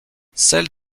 celle